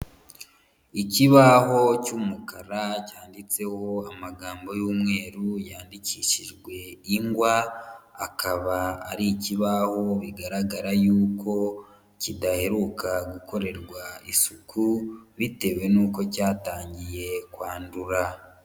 Ikibaho cy'umukara, cyanditseho amagambo y'umweru, yandikishijwe ingwa, akaba ari ikibaho bigaragara yuko kidaheruka gukorerwa isuku bitewe nuko cyatangiye kwandura.